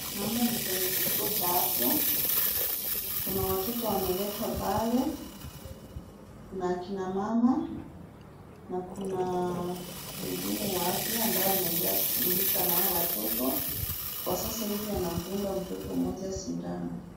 Naona ni kwenye kituo cha afya. Kuna watoto wameletwa pale, kuna akina mama na kuna mhudumu wa afya ambaye anaendelela kushughulika na hao watoto. Kwa sasa hivi anamdunga mtoto mmoja sindano.